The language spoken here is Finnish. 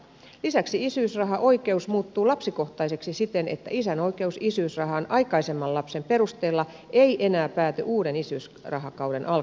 lisäksi isyysrahaoikeus muuttuu lapsikohtaiseksi siten että isän oikeus isyysrahaan aikaisemman lapsen perusteella ei enää pääty uuden isyysrahakauden alkaessa